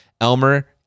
Elmer